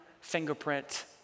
fingerprint